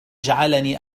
جعلني